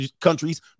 countries